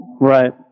Right